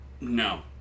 No